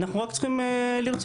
אנחנו רק צריכים לרצות.